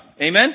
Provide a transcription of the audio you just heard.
Amen